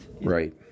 Right